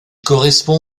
correspond